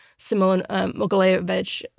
semion um mogilevich.